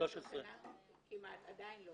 עדיין לא.